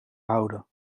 houden